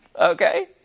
Okay